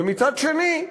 ומצד שני,